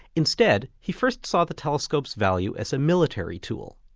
instead, he first saw the telescope's value as a military tool.